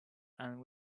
and